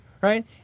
right